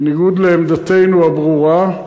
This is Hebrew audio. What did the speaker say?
בניגוד לעמדתנו הברורה,